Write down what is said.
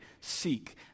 seek